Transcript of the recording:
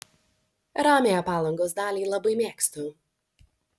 ramiąją palangos dalį labai mėgstu